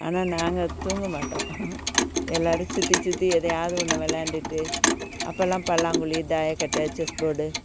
ஆனால் நாங்கள் தூங்க மாட்டோம் எல்லாரும் சுற்றி சுற்றி எதையாவது ஒன்று விளயாண்டுட்டு அப்பெல்லாம் பல்லாங்குழி தாயக்கட்டை செஸ் போர்டு